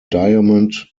diamond